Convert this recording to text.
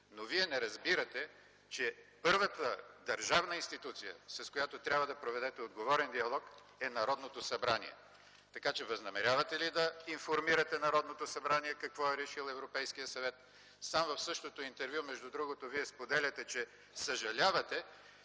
но Вие не разбирате, че първата държавна институция, с която трябва да проведете отговорен диалог е Народното събрание. Така че възнамерявате ли да информирате Народното събрание какво е решил Европейският съвет? В същото интервю, между другото, Вие сам споделяте, че съжалявате,